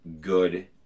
good